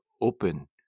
open